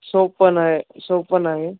soap पण आहे सोप पण आहे